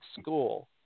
school